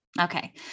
Okay